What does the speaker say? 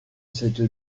cette